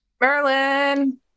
merlin